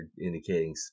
indicating